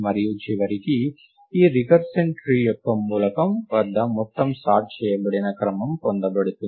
మరియు చివరికి ఈ రికర్షన్ ట్రీ యొక్క మూలం వద్ద మొత్తంసార్ట్ చేయబడిన క్రమం పొందబడుతుంది